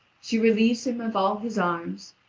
she relieves him of all his arms,